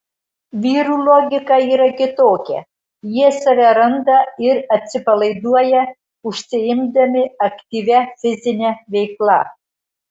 vyrų logika yra kitokia jie save randa ir atsipalaiduoja užsiimdami aktyvia fizine veikla